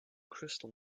crystal